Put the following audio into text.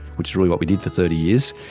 which is really what we did for thirty years,